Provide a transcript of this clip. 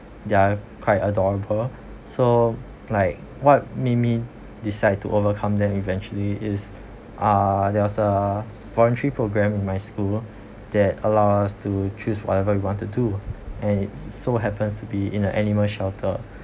they're quite adorable so like what make me decide to overcome them eventually is uh there was a voluntary program in my school that allow us to choose whatever we wanted to and it so happens to be in a animal shelter